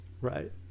Right